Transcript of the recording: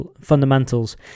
fundamentals